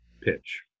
pitch